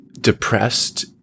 depressed